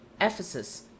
Ephesus